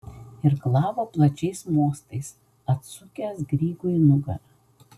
irklavo plačiais mostais atsukęs grygui nugarą